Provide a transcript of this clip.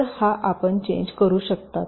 तर आपण हा चेंज करू शकता